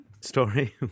Story